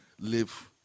live